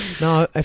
No